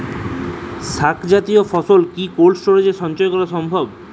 শাক জাতীয় ফসল কি কোল্ড স্টোরেজে সঞ্চয় করা সম্ভব?